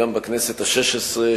גם בכנסת השש-עשרה,